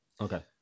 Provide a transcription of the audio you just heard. Okay